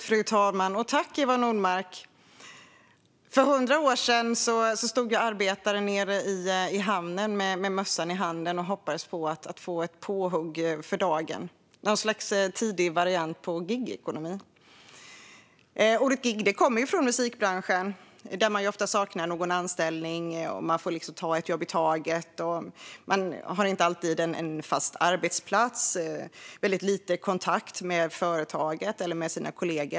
Frau talman! Tack, Eva Nordmark! För hundra år sedan stod arbetare nere i hamnen med mössan i handen och hoppades få hugg för dagen. Det var en tidig variant på gigekonomi. Ordet gig kommer från musikbranschen. Man saknar ofta anställning och får ta ett jobb i taget. Man har inte alltid en fast arbetsplats och har väldigt lite kontakt med företaget eller med sina kollegor.